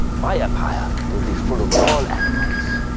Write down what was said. my empire will be full of all animals,